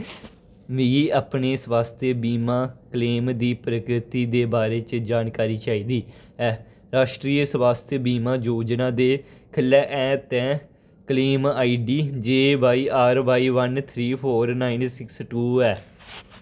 मिगी अपने स्वास्थ बीमा क्लेम दी प्रगति दे बारे च जानकारी चाहिदी एह् राश्ट्रीय स्वास्थ्य बीमा योजना दे ख'ल्ल ऐ ते claim I D J Y R Y one three four nine six two ऐ